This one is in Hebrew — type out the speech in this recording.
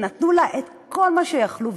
שנתנו לה את כל מה שיכלו,